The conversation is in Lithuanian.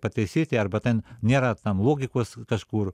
pataisyti arba ten nėra tam logikos kažkur